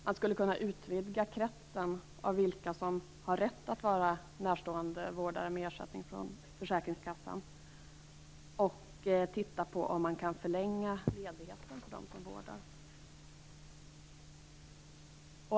Man skulle kunna utvidga den krets som har rätt att vara närståendevårdare med ersättning från försäkringskassan och titta på om man kan förlänga ledigheten för dem som vårdar.